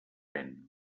aliment